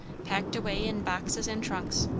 packed away in boxes and trunks.